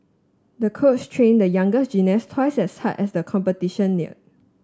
the coach train the young gymnast twice as hard as the competition neared